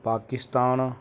Pakistan